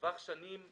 טווח שנים נכבד,